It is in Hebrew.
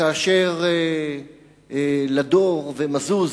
כאשר לדור ומזוז